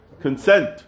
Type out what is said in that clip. consent